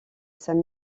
saint